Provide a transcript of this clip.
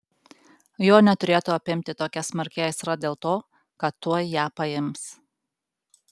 jo neturėtų apimti tokia smarki aistra dėl to kad tuoj ją paims